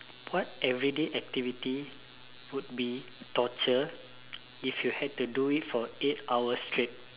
what everyday activity would be torture if you had to do it for eight hours straight